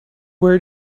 where